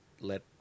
Let